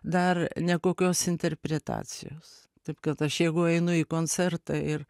dar nekokios interpretacijos taip kad aš jeigu einu į koncertą ir